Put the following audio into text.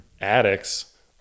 addicts